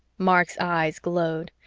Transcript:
mark's eyes glowed.